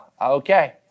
okay